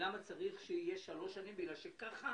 למה צריך שיהיו שלוש שנים רק בגלל שככה